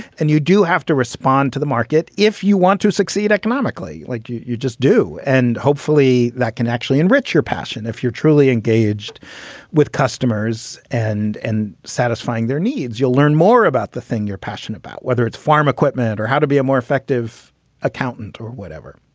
and you do have to respond to the market if you want to succeed economically like you you just do. and hopefully that can actually enrich your passion if you're truly engaged with customers and and satisfying their needs. you'll learn more about the thing you're passionate about, whether it's farm equipment or how to be a more effective accountant or whatever.